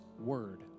word